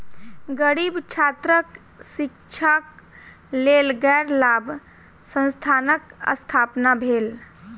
गरीब छात्रक शिक्षाक लेल गैर लाभ संस्थानक स्थापना भेल